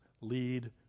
lead